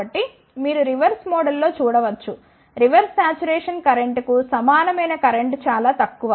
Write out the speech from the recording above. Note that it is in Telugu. కాబట్టి మీరు రివర్స్ మోడ్లో చూడ వచ్చు రివర్స్ శాచురేషన్ కరెంట్కు సమానమైన కరెంట్ చాలా తక్కువ